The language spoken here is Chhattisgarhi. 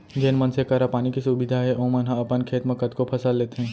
जेन मनसे करा पानी के सुबिधा हे ओमन ह अपन खेत म कतको फसल लेथें